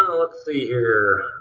um let's see here.